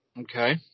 Okay